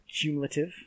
cumulative